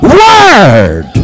word